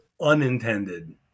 unintended